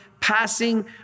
passing